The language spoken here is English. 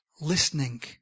listening